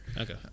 Okay